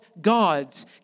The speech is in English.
gods